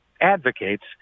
advocates